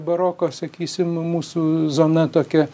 baroko sakysim mūsų zona tokia